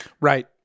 Right